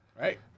Right